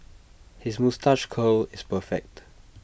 his moustache curl is perfect